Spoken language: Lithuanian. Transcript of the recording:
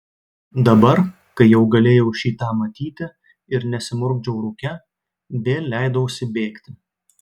dabar kai jau galėjau šį tą matyti ir nesimurkdžiau rūke vėl leidausi bėgti